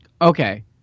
Okay